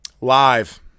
live